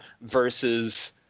versus